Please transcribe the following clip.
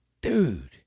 dude